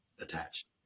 attached